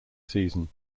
season